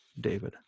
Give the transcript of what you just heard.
David